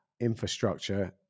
infrastructure